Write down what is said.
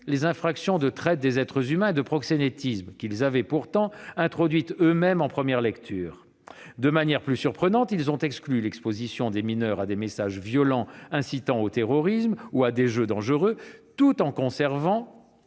les infractions de traite des êtres humains et de proxénétisme ... qu'ils avaient pourtant eux-mêmes introduites en première lecture ! De manière plus surprenante, ils ont exclu l'exposition des mineurs à des messages violents, incitant au terrorisme, ou à des jeux dangereux, tout en conservant